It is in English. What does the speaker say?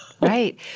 Right